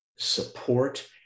support